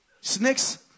Snakes